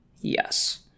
Yes